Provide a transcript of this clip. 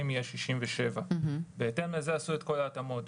יהיה 67. בהתאם לזה עשו את כל ההתאמות,